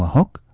milk